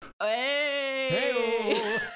hey